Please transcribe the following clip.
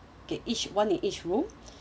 K each one in each room